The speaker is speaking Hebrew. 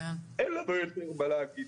אין לנו יותר מה לומר.